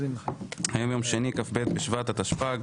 היום יום שני, כ"ב בשבט התשפ"ג